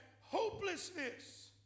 hopelessness